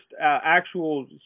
actual